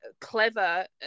clever